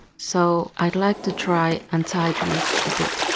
so i'd like to try and tighten it a bit.